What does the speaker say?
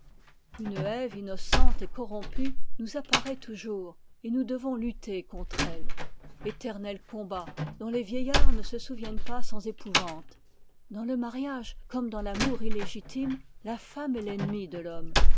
une ève innocente et corrompue nous apparaît toujours et nous devons lutter contre elle éternel combat dont les vieillards ne se souviennent pas sans épouvante dans le mariage comme dans l'amour illégitime la femme est l'ennemie de l'homme